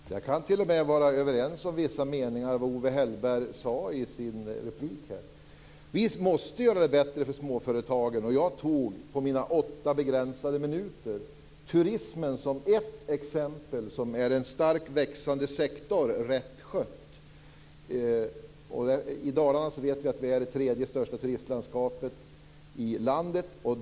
Fru talman! Jag kan t.o.m. vara överens med Owe Hellberg om vissa meningar som han sade i sin replik. Vi måste göra det bättre för småföretagen. Jag tog under mina åtta begränsade minuter upp turismen som ett exempel. Det är en starkt växande sektor, om den sköts rätt. I Dalarna vet vi att vi är det tredje största turistlandskapet i landet.